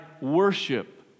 worship